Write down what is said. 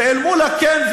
ואל מול הכן,